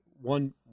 One